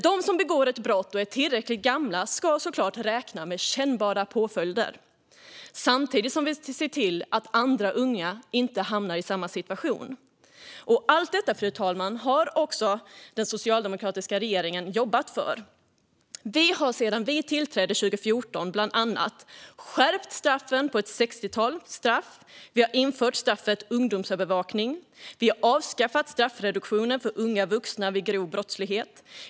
De som begår ett brott och är tillräckligt gamla ska dock såklart räkna med kännbara påföljder, samtidigt som vi ser till att andra unga inte hamnar i samma situation. Allt detta, fru talman, har den socialdemokratiska regeringen också jobbat för. Vi har sedan vi tillträdde 2014 bland annat skärpt straffen för ett sextiotal brott och infört straffet ungdomsövervakning. Vi har avskaffat straffreduktionen för unga vuxna vid grov brottslighet.